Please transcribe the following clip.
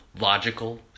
logical